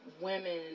women